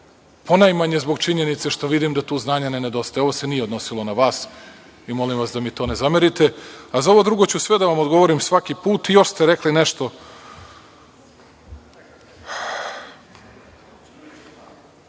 ponajmanje zbog činjenice što vidim da tu znanja ne nedostaje. Ovo se nije odnosilo na vas i molim vas da mi to ne zamerite, a za ovo drugo ću sve da vam odgovorim svaki put. Još nešto